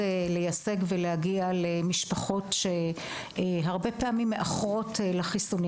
להגיע למשפחות שהרבה פעמים מאחרות להתחסן.